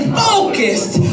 focused